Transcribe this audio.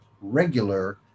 regular